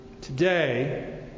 Today